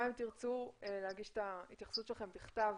גם אם תרצו להגיש את ההתייחסות שלכם בכתב